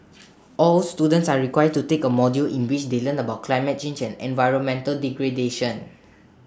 all students are required to take A module in which they learn about climate change and environmental degradation